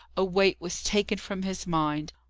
a weight was taken from his mind.